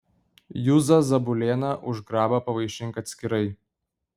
juzą zabulėną už grabą pavaišink atskirai